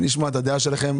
נשמע את דעתכם.